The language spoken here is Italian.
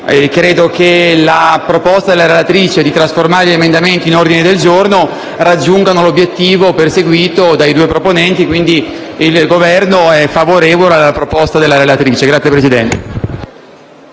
credo che la proposta della relatrice di trasformare gli emendamenti 12.2 e 12.3 in un ordine del giorno raggiunga l'obiettivo perseguito dai due proponenti. Pertanto il Governo è favorevole alla proposta della relatrice.